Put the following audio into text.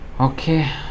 Okay